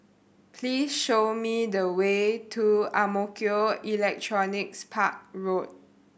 please show me the way to Ang Mo Kio Electronics Park Road